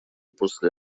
после